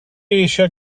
eisiau